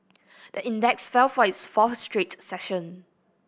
the index fell for its fourth straight session